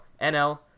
nl